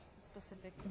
specific